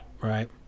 Right